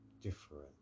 different